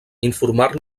informar